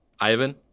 Ivan